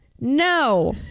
no